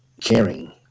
caring